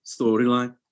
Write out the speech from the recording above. storyline